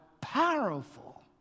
powerful